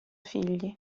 figli